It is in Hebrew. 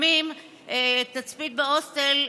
לפעמים תצפית בהוסטל,